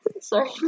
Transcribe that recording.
sorry